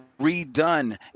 redone